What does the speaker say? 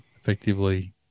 effectively